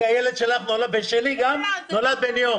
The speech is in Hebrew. כי הילד שלך וגם שלי נולד בן יום.